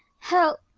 help!